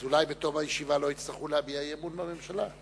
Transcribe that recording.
אז אולי בתום הישיבה לא יצטרכו להביע אי-אמון בממשלה.